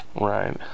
Right